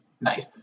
Nice